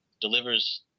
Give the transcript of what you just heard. delivers